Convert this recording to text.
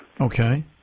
Okay